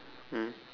mm